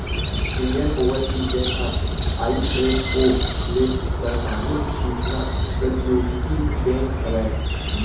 Indian overseas bank ह ISO ले परमानित सूचना प्रौद्योगिकी बेंक हरय